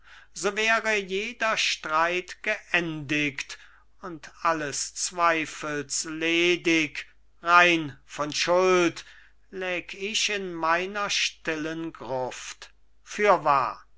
so wäre jeder streit geendigt und alles zweifels ledig rein von schuld läg ich in meiner stillen gruft fürwahr